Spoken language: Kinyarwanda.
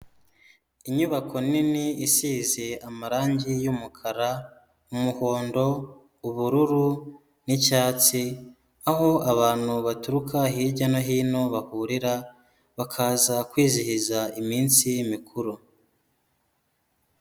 Inyubako nini isize amarangi y'umukara, umuhondo, ubururu n'icyatsi aho abantu baturuka hirya no hino bahurira bakaza kwizihiza iminsi mikuru.